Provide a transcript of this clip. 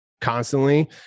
constantly